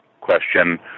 question